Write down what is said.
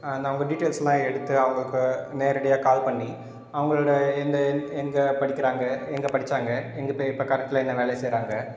அந்த அவங்க டீட்டெயில்ஸ்லாம் எடுத்து அவங்களுக்கு நேரடியாக கால் பண்ணி அவங்களோட எந்த எங்கே படிக்கிறாங்க எங்கே படிச்சாங்க எங்கே போய் இப்போ கரண்டில் என்ன வேலை செய்கிறாங்க